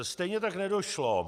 Stejně tak nedošlo...